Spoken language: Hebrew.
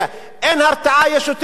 אין הרתעה, יש יותר פשיעה.